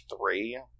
three